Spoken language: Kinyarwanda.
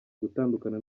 gutandukana